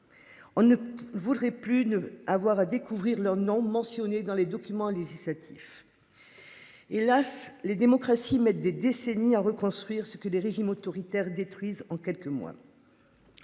On ne voudrait plus d'avoir à découvrir leur nom mentionné dans les documents législatifs. Et hélas les démocraties mettent des décennies à reconstruire ce que les régimes autoritaires détruisent en quelques mois.